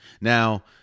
Now